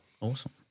Awesome